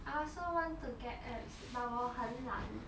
I also want to get abs but 我很懒